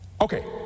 Okay